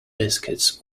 biscuits